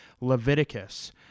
Leviticus